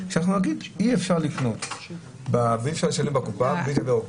נגיד שאי אפשר לקנות ואי אפשר לשלם בקופה בלי תו ירוק.